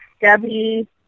Debbie